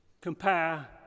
Compare